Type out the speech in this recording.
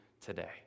today